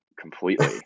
completely